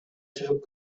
чыгып